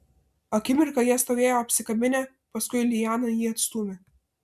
akimirką jie stovėjo apsikabinę paskui liana jį atstūmė